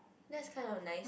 that's kind of nice